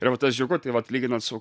ir va tas džiugu tai vat lyginant su